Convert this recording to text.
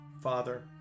Father